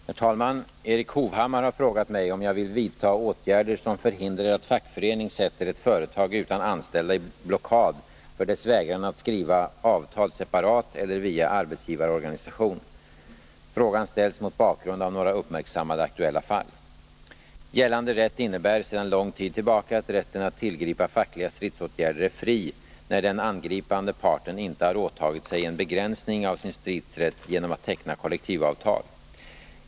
Herr talman! Erik Hovhammar har frågat mig om jag vill vidta åtgärder som förhindrar att fackförening sätter ett företag utan anställda i blockad för dess vägran att skriva avtal separat eller via arbetsgivarorganisation. Frågan ställs mot bakgrund av några uppmärksammade aktuella fall. Gällande rätt innebär sedan lång tid tillbaka att rätten att tillgripa fackliga stridsåtgärder är fri, när den angripande parten inte har åtagit sig en begränsning av sin stridsrätt genom att teckna kollektivavtal.